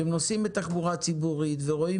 אנשים שנוסעים בתחבורה וציבורית ורואים